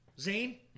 Zane